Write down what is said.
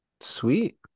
Sweet